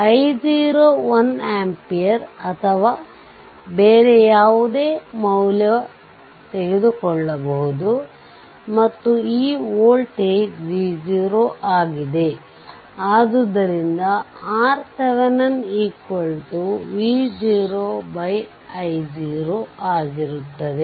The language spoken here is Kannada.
i0 1amps 1 amps ಅಥವಾ ಬೇರೆ ಯಾವುದೇ ಮೌಲ್ಯ ತೆಗೆದುಕೊಳ್ಳಬಹುದು ಮತ್ತು ಈ ವೋಲ್ಟೇಜ್ V0 ಆಗಿದೆ ಆದುದರಿಂದ RThevenin V0 i0